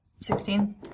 Sixteen